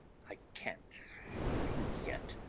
i can't think yet.